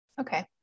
Okay